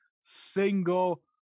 single